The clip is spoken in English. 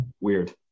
weird